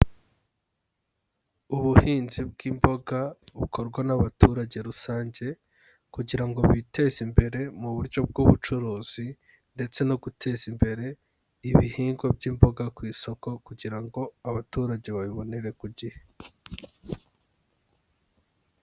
Ubuhinzi bw'imboga bukorwa n'abaturage rusange, kugira ngo biteze imbere mu buryo bw'ubucuruzi ndetse no guteza imbere ibihingwa by'imboga ku isoko, kugira ngo abaturage babibonere ku gihe.